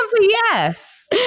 yes